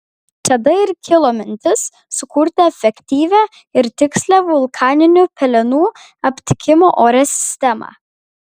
tada ir kilo mintis sukurti efektyvią ir tikslią vulkaninių pelenų aptikimo ore sistemą